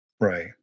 right